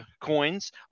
coins